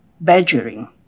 badgering